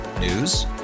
News